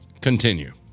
Continue